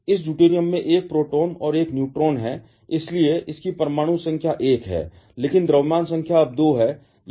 इस ड्यूटेरियम में 1 प्रोटॉन और अब 1 न्यूट्रॉन है इसलिए इसकी परमाणु संख्या एक है लेकिन द्रव्यमान संख्या अब 2 है